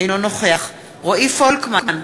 אינו נוכח רועי פולקמן,